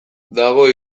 dago